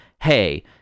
hey